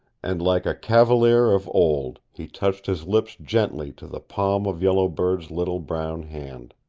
and like a cavalier of old he touched his lips gently to the palm of yellow bird's little brown hand.